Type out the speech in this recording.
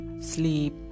sleep